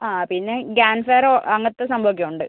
ആ പിന്നെ ക്യാമ്പ്ഫയർ അങ്ങനത്തെ സംഭവം ഒക്കെയുണ്ട്